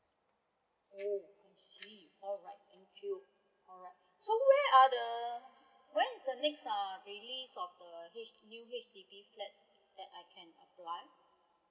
oh I see alright thank you alright so where are thewhen is the next uh release of the H new H_D_B flats that I can apply